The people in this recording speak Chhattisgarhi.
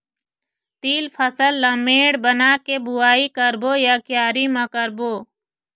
तील फसल ला मेड़ बना के बुआई करबो या क्यारी म करबो?